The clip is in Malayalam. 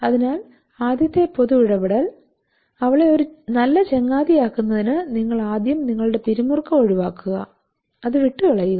അതിനാൽ ആദ്യത്തെ പൊതു ഇടപെടൽ അവളെ ഒരു നല്ല ചങ്ങാതിയാക്കുന്നതിന് നിങ്ങൾ ആദ്യം നിങ്ങളുടെ പിരിമുറുക്കം ഒഴിവാക്കുക അത് വിട്ടു കളയുക